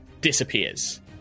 disappears